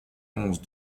onze